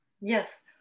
Yes